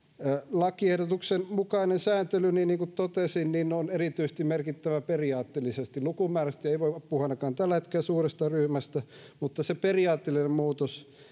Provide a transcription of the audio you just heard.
lakiehdotuksen mukainen sääntely niin niin kuin totesin on merkittävä erityisesti periaatteellisesti lukumäärällisesti ei voi olla tällä hetkellä puhekaan suuresta ryhmästä mutta se periaatteellinen muutos